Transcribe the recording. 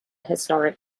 historic